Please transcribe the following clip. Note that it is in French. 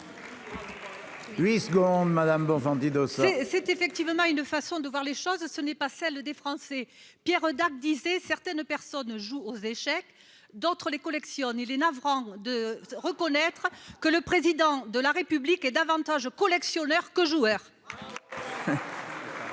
choses, monsieur le garde des sceaux, mais ce n'est pas celle des Français. Pierre Dac disait :« Certaines personnes jouent aux échecs, d'autres les collectionnent. » Il est navrant de reconnaître que le Président de la République est davantage collectionneur que joueur.